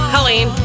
Colleen